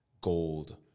gold